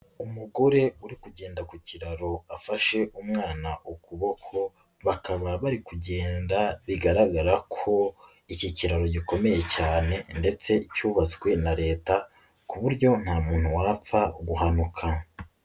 Umugore uri kugenda ku kiraro afashe umwana ukuboko. Bakaba bari kugenda bigaragara ko iki kiraro gikomeye cyane ndetse cyubatswe na Leta ku buryo nta muntu wapfa guhanuka.